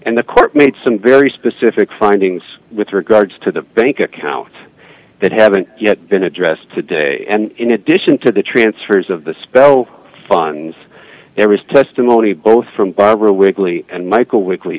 and the court made some very specific findings with regards to the bank accounts that haven't yet been addressed today and in addition to the transfers of the spell funs there was testimony both from barbara wigley and michael weekly